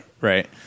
right